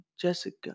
Jessica